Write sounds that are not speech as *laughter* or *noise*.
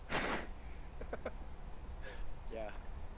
*laughs*